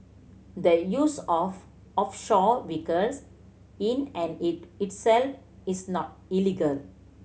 the use of offshore vehicles in and itself is not illegal